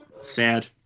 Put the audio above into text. sad